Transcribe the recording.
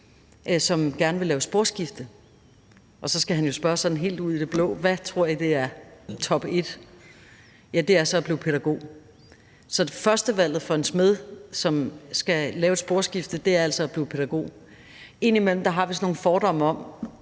som gerne vil lave et sporskifte, er. Og så skal han jo spørge sådan helt ud i det blå: Hvad tror I det er? Top-1 er så at blive pædagog. Så førstevalget for en smed, som skal lave et sporskifte, er altså blive pædagog. Indimellem har vi sådan nogle fordomme om,